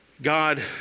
God